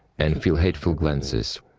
and feel hateful glances.